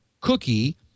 cookie